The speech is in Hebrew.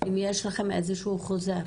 אם יש לכם איזה שהוא חוזר